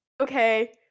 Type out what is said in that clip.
okay